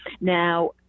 Now